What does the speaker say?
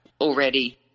already